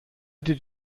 did